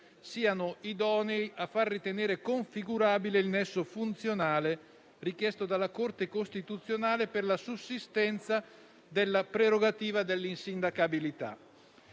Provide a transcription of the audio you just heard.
siano idonei a far ritenere configurabile il nesso funzionale richiesto dalla Corte costituzionale per la sussistenza della prerogativa dell'insindacabilità,